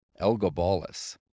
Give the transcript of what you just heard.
Elgabalus